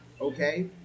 Okay